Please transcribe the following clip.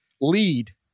lead